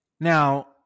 Now